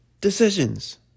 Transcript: decisions